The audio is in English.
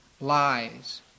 lies